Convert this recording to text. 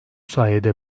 sayede